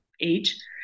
age